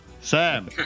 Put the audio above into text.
Sam